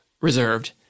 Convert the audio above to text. reserved